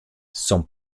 son